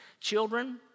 Children